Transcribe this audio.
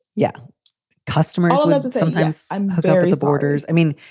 yeah customers love it sometimes. i'm having borders. i mean,